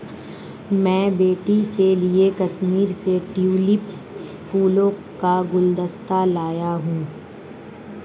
मैं बेटी के लिए कश्मीर से ट्यूलिप फूलों का गुलदस्ता लाया हुं